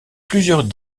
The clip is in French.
plusieurs